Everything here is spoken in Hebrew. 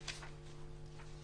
16(ב).